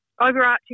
overarching